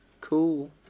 Cool